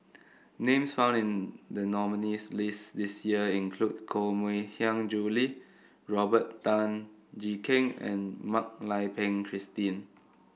names found in the nominees' list this year include Koh Mui Hiang Julie Robert Tan Jee Keng and Mak Lai Peng Christine